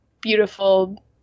beautiful